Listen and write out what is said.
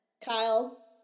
Kyle